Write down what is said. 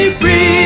free